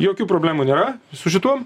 jokių problemų nėra su šituom